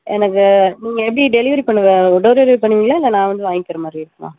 எனக்கு நீங்கள் எப்படி டெலிவரி பண்ணவ டோர் டெலிவரி பண்ணுவீங்களா இல்லை நான் வந்து வாங்கிற மாதிரி இருக்குமா